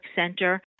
Center